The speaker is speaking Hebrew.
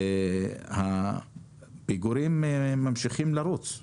הפיגורים ממשיכים לרוץ.